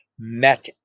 MET